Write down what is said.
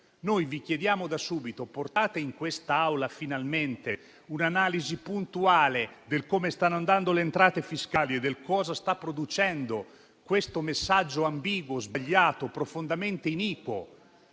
Noi vi chiediamo da subito di portare finalmente in quest'Aula un'analisi puntuale su come stanno andando le entrate fiscali e su cosa sta producendo il messaggio ambiguo, sbagliato e profondamente iniquo,